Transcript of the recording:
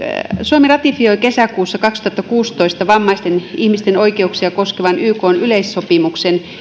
suomi ratifioi kesäkuussa kaksituhattakuusitoista vammaisten ihmisten oikeuksia koskevan ykn yleissopimuksen